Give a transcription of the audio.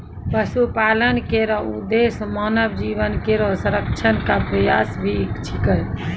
पशुपालन केरो उद्देश्य मानव जीवन केरो संरक्षण क प्रयास भी छिकै